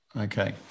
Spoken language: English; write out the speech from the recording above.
Okay